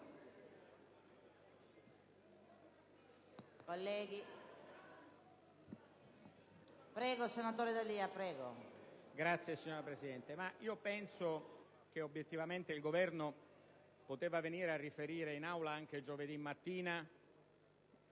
Presidente, penso che obiettivamente il Governo poteva venire a riferire in Aula anche giovedì mattina